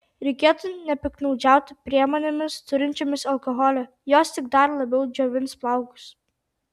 reikėtų nepiktnaudžiauti priemonėmis turinčiomis alkoholio jos tik dar labiau džiovins plaukus